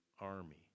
army